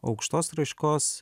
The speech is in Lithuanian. aukštos raiškos